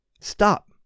Stop